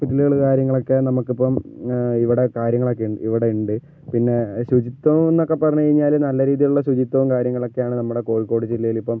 ഹോസ്പിറ്റല്കള് കാര്യങ്ങളൊക്കെ നമുക്ക് ഇപ്പം ഇവിടെ കാര്യങ്ങളൊക്കെ ഇവിടെ ഉണ്ട് പിന്നെ ശുചിത്വം എന്ന് ഒക്കെ പറഞ്ഞ് കഴിഞ്ഞാല് നല്ല രീതിയിലുള്ള ശുചിത്യവും കാര്യങ്ങളൊക്കെയാണ് നമ്മുടെ കോഴിക്കോട് ജില്ലയില് ഇപ്പം